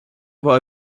boy